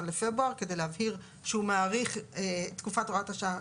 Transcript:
לפברואר כדי להבהיר שהוא מאריך את תקופת הוראת השעה,